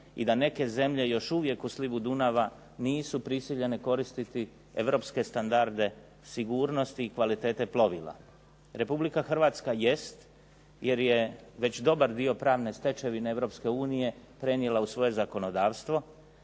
i da neke zemlje još uvijek u slivu Dunava nisu prisiljene koristiti europske standarde sigurnosti i kvalitete plovila. Republika Hrvatska jeste jer je već dobar dio pravne stečevine Europske unije prenijela u svoje zakonodavstvo